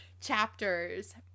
chapters